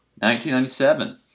1997